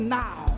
now